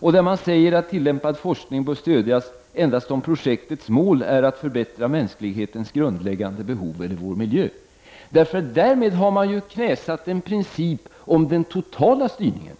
Miljöpartiet säger där att tillämpad forskning endast bör stödjas om projektets mål är att förbättra mänsklighetens grundläggande behov eller vår miljö. Därmed knäsätts en princip om den totala styrningen,